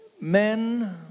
men